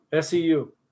SEU